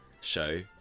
show